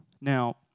Now